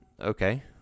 Okay